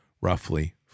roughly